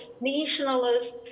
nationalist